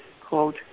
quote